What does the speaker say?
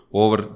over